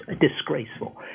disgraceful